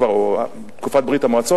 בתקופת ברית-המועצות,